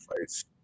fights